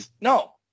No